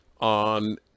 on